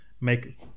make